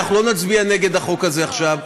אנחנו לא נצביע נגד החוק הזה עכשיו,